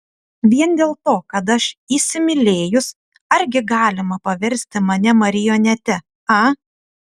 vien dėl to kad aš įsimylėjus argi galima paversti mane marionete a